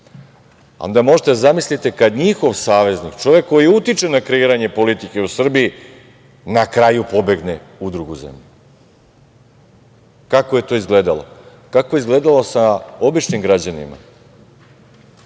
možete da zamislite kada njihov saveznik, čovek koji utiče na kreiranje politike u Srbiji, na kraju pobegne u drugu zemlju. Kako je to izgledalo? Kako je izgledalo sa običnim građanima? Desetine